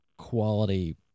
quality